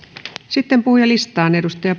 sitten puhujalistaan